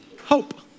hope